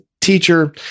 teacher